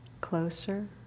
closer